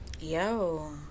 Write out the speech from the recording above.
Yo